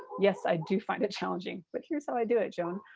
yes, i do find it challenging. but, here's how i do it, joan.